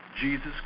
Jesus